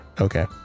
Okay